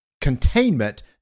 containment